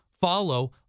follow